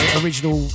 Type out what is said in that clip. original